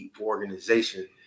organization